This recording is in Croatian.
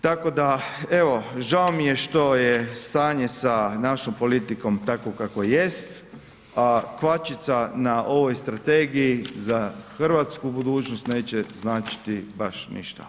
Tako da, evo žao mi je što je stanje sa našom politikom takvo kakvo jest, a kvačica na ovoj strategiji za hrvatsku budućnost neće značiti baš ništa.